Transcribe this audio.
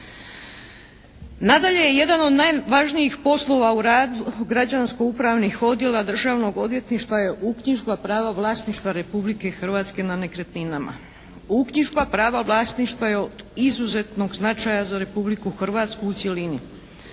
Nadalje, jedan od najvažnijih poslova u radu Građansko upravnih odjela Državnog odvjetništva je uknjižba prava vlasništva Republike Hrvatske na nekretninama. Uknjižba prava vlasništva je od izuzetnog značaja za Republiku Hrvatsku u cjelini.